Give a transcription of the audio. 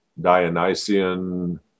dionysian